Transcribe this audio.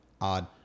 odd